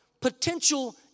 potential